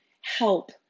help